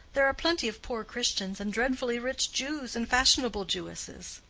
there are plenty of poor christians and dreadfully rich jews and fashionable jewesses.